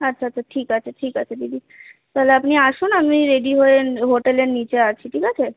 আচ্ছা আচ্ছা ঠিক আছে ঠিক আছে দিদি তালে আপনি আসুন আমি রেডি হয়ে হোটেলের নিচে আছি ঠিক আছে